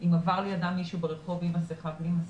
אם עבר לידם מישהו ברחוב עם מסכה או בלי מסכה.